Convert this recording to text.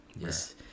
Yes